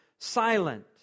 silent